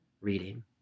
reading